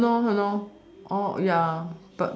!huh! no !huh! no oh ya